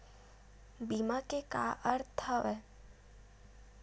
बीमा के का अर्थ हवय?